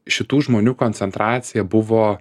šitų žmonių koncentracija buvo